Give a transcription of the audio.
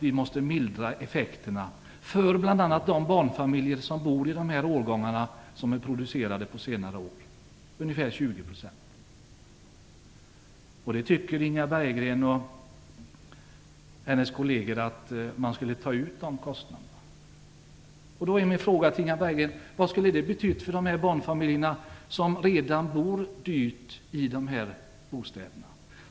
Vi måste mildra effekterna bl.a. för de barnfamiljer som bor i hus som är producerade på senare år. Det gäller ungefär 20 %. Inga Berggren och hennes kolleger tycker att man skall ta ut de kostnaderna. Min fråga till Inga Berggren är följande: Vad skulle det ha betytt för de barnfamiljer som redan bor dyrt i dessa bostäder?